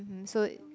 mmhmm so